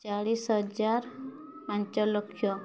ଚାଳିଶ ହଜାର ପାଞ୍ଚଲକ୍ଷ